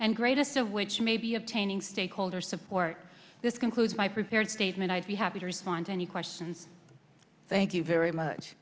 and greatest of which may be obtaining stakeholder support this concludes my prepared statement i'd be happy to respond to any questions thank you very much